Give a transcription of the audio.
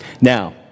Now